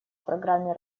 программе